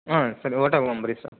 ಹಾಂ ಸರಿ ಆಟೋಗೆ ಹೋಗೋಮ್ ಬರ್ರಿ ಸರ್